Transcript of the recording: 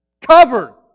Covered